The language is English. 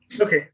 Okay